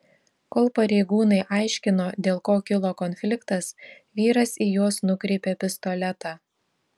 kol pareigūnai aiškino dėl ko kilo konfliktas vyras į juos nukreipė pistoletą